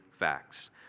facts